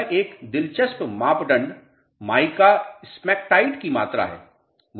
यह एक दिलचस्प मापदंड माइका स्मेकटाइट की मात्रा है